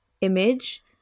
image